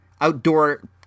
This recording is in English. outdoor